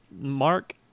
Mark